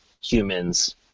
humans